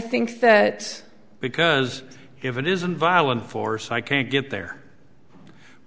think that because if it isn't violent force i can't get there